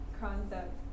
concept